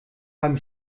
beim